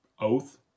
oath